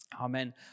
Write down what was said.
Amen